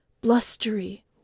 blustery